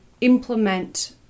implement